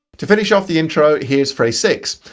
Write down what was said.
to finish off the intro here's phrase six.